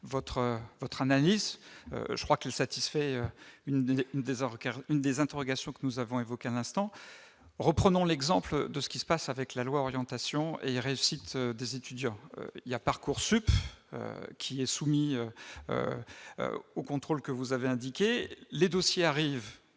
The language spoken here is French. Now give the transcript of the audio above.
votre analyse, je crois qu'il satisfait une des car une des interrogations que nous avons évoqués à l'instant, reprenons l'exemple de ce qui se passe avec la loi Orientation et réussite des étudiants y à Parcoursup qui est soumis au contrôle que vous avez indiqué les dossiers arrivent